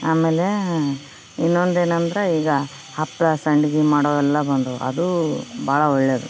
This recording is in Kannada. ಆಮೇಲೆ ಇನ್ನೊಂದು ಏನಂದ್ರ ಈಗ ಹಪ್ಪಳ ಸಂಡಿಗೆ ಮಾಡೋವೆಲ್ಲ ಬಂದಾವು ಅದೂ ಭಾಳ ಒಳ್ಳೆಯದು